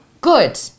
Good